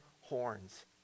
horns